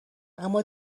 اما